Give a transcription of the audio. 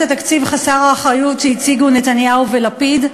התקציב חסר האחריות שהציגו נתניהו ולפיד.